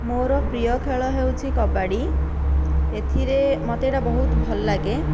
ମୋର ପ୍ରିୟ ଖେଳ ହେଉଛି କବାଡ଼ି ଏଥିରେ ମୋତେ ଏହିଟା ବହୁତ ଭଲ ଲାଗେ